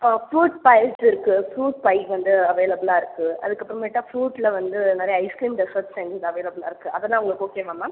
fruits spiced இருக்கு fruits spice வந்து அவைலபுலாக இருக்கு அதற்கு அப்புறம் மேல் ஃப்ரூட்டில் வந்து ஐஸ் க்ரீம் டெசர்ட் அண்ட் அவைலபுலாக இருக்கு அதெல்லாம் உங்களுக்கு ஓகேவா மேம்